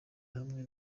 hamwe